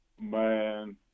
Man